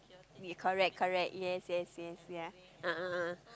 correct correct yes yes yes ya a'ah a'ah